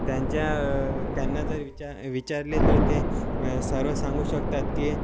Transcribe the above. त्यांच्या त्यांना जर विचा विचारले तर ते सर्व सांगू शकतात की